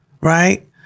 Right